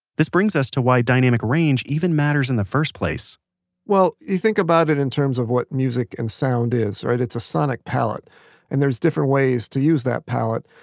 this brings us to why dynamic range even matters in the first place well, you think about it in terms of what music and sound is. it's a sonic palette and there's different ways to use that palette.